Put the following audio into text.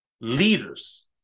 Leaders